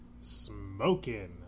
Smokin